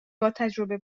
باتجربه